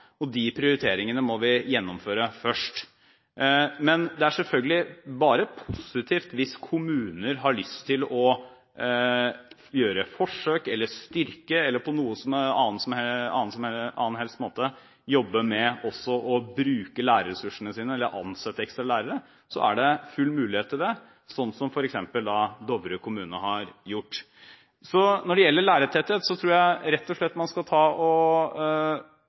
og de prioriteringene må vi gjennomføre først. Det er selvfølgelig bare positivt hvis kommuner har lyst til å gjøre forsøk, styrke eller på annen måte jobbe med lærerressursene sine eller ansette ekstra lærere. Det er det full mulighet til, slik f.eks. Dovre kommune har gjort. Når det gjelder lærertetthet, tror jeg rett og slett man skal vente og